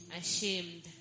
ashamed